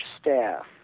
staff